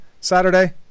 Saturday